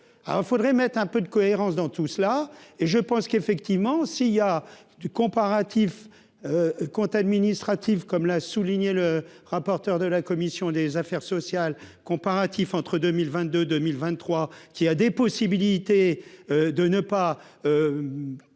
alors il faudrait mettre un peu de cohérence dans tout cela et je pense qu'effectivement, si il y a du comparatif compte administratif, comme l'a souligné le rapporteur de la commission des affaires sociales comparatif entre 2022 2023 qui a des possibilités de ne pas